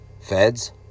feds